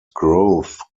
growth